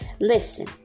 Listen